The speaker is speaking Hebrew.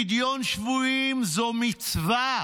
פדיון שבויים זו מצווה.